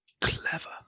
clever